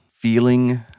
feeling